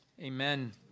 Amen